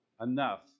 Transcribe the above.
enough